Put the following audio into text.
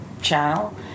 channel